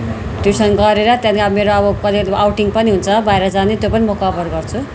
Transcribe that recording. tuition गरेर त्यहाँदेखि मेरो अब कहिले अउटिङ पनि हुन्छ बाहिर जाने त्यो पनि म कभर गर्छु